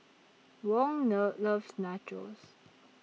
Wong Love loves Nachos